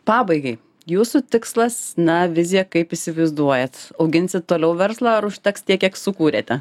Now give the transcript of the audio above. pabaigai jūsų tikslas na vizija kaip įsivaizduojat auginsit toliau verslą ar užteks tiek kiek sukūrėte